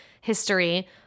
history